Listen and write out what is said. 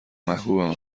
محبوب